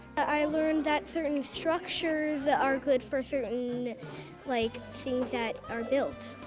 i learned that certain structures that are good for certain like things that are built.